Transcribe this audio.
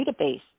database